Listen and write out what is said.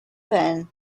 then